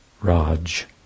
Raj